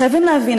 חייבים להבין,